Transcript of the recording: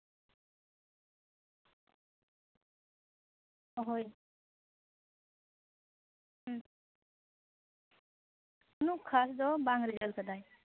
ᱦᱳᱭ ᱦᱩᱸ ᱩᱱᱟᱹᱜ ᱠᱷᱟᱥ ᱫᱚ ᱵᱟᱝ ᱨᱮᱡᱟᱞ ᱠᱟᱫᱟᱭ